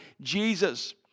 Jesus